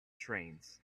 trains